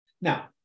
Now